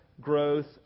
growth